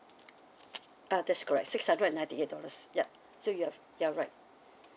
ah that's correct six hundred and ninety eight dollars yup so you are you're right